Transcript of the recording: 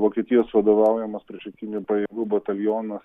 vokietijos vadovaujamas priešakinių pajėgų batalionas